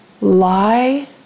lie